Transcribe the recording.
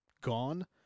gone